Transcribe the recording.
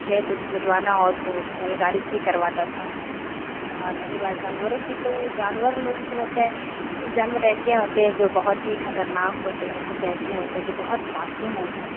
کھیت اوت جوتوانا ہو تو بیل گاڑی سے ہی کرواتا تھا اور رہی بات جانوروں کی تو جانور لوگ جو ہوتے ہیں کچھ جانور ایسے ہوتے ہیں جو بہت ہی خطرناک ہوتے ہیں کچھ ایسے ہوتے ہیں جو بہت معصوم ہوتے ہیں